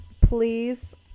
Please